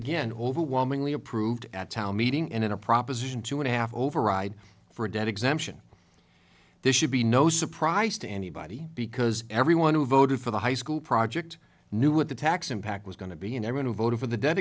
again overwhelmingly approved at town meeting and in a proposition two and a half override for a debt exemption this should be no surprise to anybody because everyone who voted for the high school project knew what the tax impact was going to be and i'm going to vote for the debt